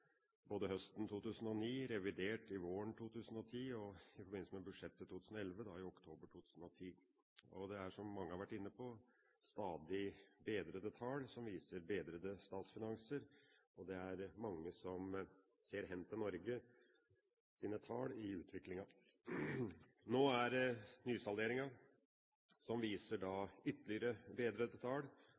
både høsten 2009, i forbindelse med revidert våren 2010 og i oktober 2010 i forbindelse med budsjettet for 2011. Det er, som mange har vært inne på, stadig bedrede tall som viser bedrede statsfinanser. Det er mange som ser hen til Norges tall når det gjelder utviklingen. Nå er det nysalderingen som viser ytterligere bedrede tall.